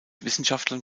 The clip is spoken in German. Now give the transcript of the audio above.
wissenschaftlern